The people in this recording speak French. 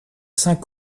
saints